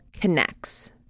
connects